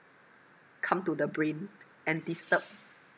come to the brain and disturb